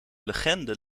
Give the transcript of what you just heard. legende